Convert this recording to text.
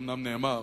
אומנם נאמר,